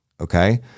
okay